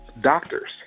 Doctors